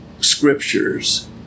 scriptures